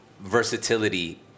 versatility